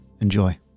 Enjoy